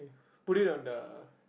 put it on the